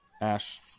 Ash